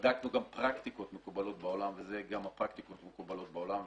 בדקנו גם פרקטיקות מקובלות בעולם ואלה גם הפרקטיקות המקובלות בעולם,